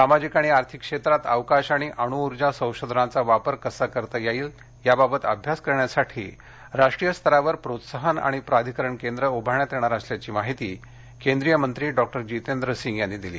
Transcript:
सामाजिक आणि आर्थिक क्षेत्रांत अवकाश आणि अणूउर्जा संशोधनाचा वापर कसा करता येईल याबाबत अभ्यास करण्यासाठी राष्ट्रीय स्तरावर प्रोत्साहन आणि प्राधिकरण केंद्र उभारण्यात येणार असल्याची माहिती केंद्रिय मंत्री डॉक्टर जितेंद्र सिंग यांनी दिली